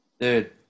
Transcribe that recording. Dude